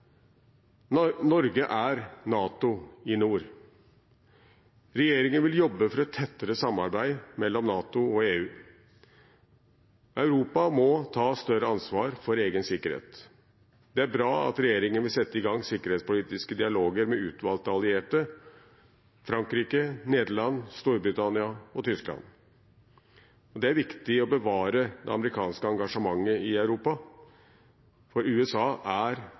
overfor. Norge er NATO i nord. Regjeringen vil jobbe for et tettere samarbeid mellom NATO og EU. Europa må ta større ansvar for egen sikkerhet. Det er bra at regjeringen vil sette i gang sikkerhetspolitiske dialoger med utvalgte allierte: Frankrike, Nederland, Storbritannia og Tyskland. Det er viktig å bevare det amerikanske engasjementet i Europa, for USA er